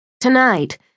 Tonight